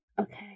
Okay